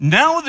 now